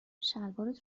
شلوارت